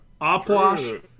opwash